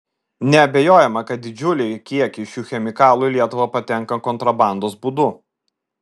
neabejojama kad didžiuliai kiekiai šių chemikalų į lietuvą patenka kontrabandos būdu